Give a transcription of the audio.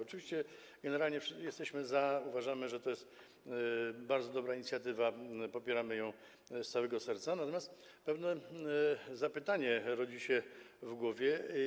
Oczywiście generalnie jesteśmy za tym, uważamy, że to jest bardzo dobra inicjatywa, popieramy ją z całego serca, natomiast pewne pytanie rodzi się w głowie.